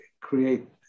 create